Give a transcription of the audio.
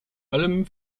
allem